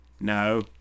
no